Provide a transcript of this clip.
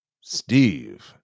Steve